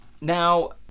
Now